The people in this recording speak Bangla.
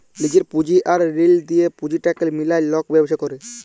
লিজের পুঁজি আর ঋল লিঁয়ে পুঁজিটাকে মিলায় লক ব্যবছা ক্যরে